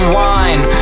wine